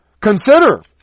consider